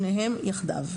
שניהם כאחד.